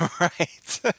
Right